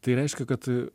tai reiškia kad